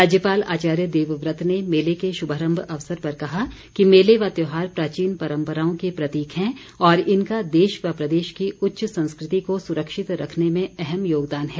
राज्यपाल आचार्य देवव्रत ने मेले के शुभारम्भ अवसर पर कहा कि मेले व त्योहार प्राचीन परम्पराओं के प्रतीक हैं और इनका देश व प्रदेश की उच्च संस्कृति को सुरक्षित रखने में अहम योगदान है